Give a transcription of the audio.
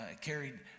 carried